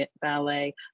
ballet